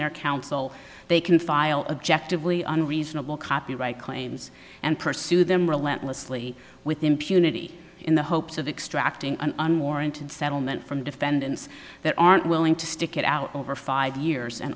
their counsel they can file objectively unreasonable copyright claims and pursue them relentlessly with impunity in the hopes of extracting an unwarranted settlement from defendants that aren't willing to stick it out over five years and